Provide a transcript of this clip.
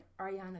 Ariana